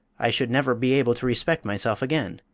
i should never be able to respect myself again.